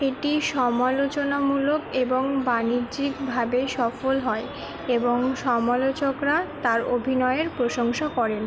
এটি সমালোচনামূলক এবং বাণিজ্যিকভাবে সফল হয় এবং সমালোচকরা তার অভিনয়ের প্রশংসা করেন